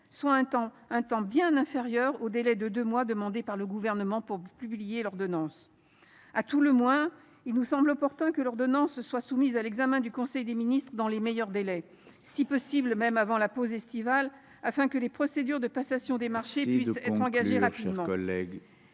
soit un délai bien inférieur aux deux mois demandés par le Gouvernement pour publier l’ordonnance. À tout le moins, il nous semblerait opportun que l’ordonnance soit présentée en conseil des ministres dans les meilleurs délais, si possible avant la pause estivale, afin que les procédures de passation des marchés puissent être entamées rapidement.